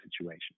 situation